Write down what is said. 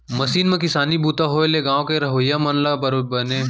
machine म किसानी बूता होए ले गॉंव के रहवइया मन ल बने रोजगार घलौ नइ मिलत हे